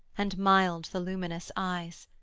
and mild the luminous eyes,